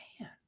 man